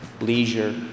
leisure